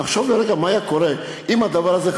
נחשוב לרגע מה היה קורה אם הדבר הזה,